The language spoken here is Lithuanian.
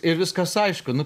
ir viskas aišku nu